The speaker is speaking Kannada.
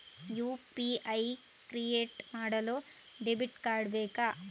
ಯು.ಪಿ.ಐ ಕ್ರಿಯೇಟ್ ಮಾಡಲು ಡೆಬಿಟ್ ಕಾರ್ಡ್ ಬೇಕಾ?